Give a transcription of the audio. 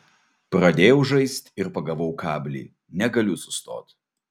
pradėjau žaist ir pagavau kablį negaliu sustot